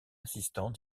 assistant